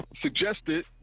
suggested